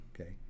okay